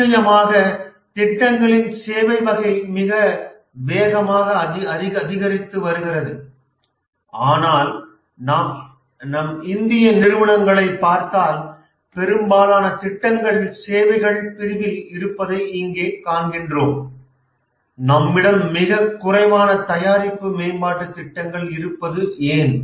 நிச்சயமாக திட்டங்களின் சேவை வகை மிக வேகமாக அதிகரித்து வருகிறது ஆனால் நம் இந்திய நிறுவனங்களைப் பார்த்தால் பெரும்பாலான திட்டங்கள் சேவைகள் பிரிவில் இருப்பதை இங்கே காண்கிறோம் நம்மிடம் மிகக் குறைவான தயாரிப்பு மேம்பாட்டுத் திட்டங்கள் இருப்பது ஏன்